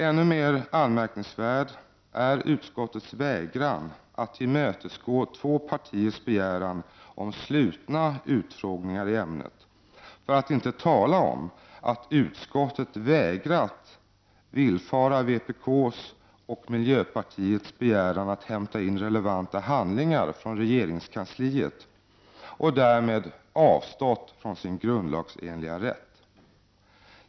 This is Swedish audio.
Ännu mer anmärkningsvärd är utskottets vägran att tillmötesgå två partiers begäran om slutna utfrågningar i ämnet, för att inte tala om att utskottet vägrat villfara vpk:s och miljöpartiets begäran att inhämta relevanta handlingar från regeringskansliet. Därmed har utskottet avstått från sin grundlagsenliga rätt.